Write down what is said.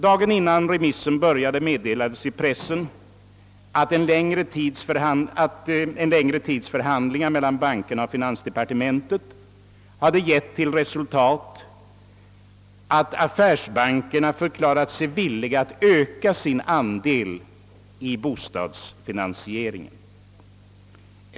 Dagen innan remissdebatten började meddelades i pressen, att en längre tids förhandlingar mellan bankerna och finansdepartementet hade gett till resultat, att affärsbankerna förklarat sig villiga att öka sin andel i bostadsfinansieringen.